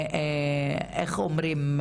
איך אומרים,